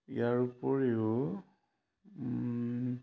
ইয়াৰ উপৰিও